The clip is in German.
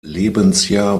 lebensjahr